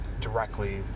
directly